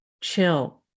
chill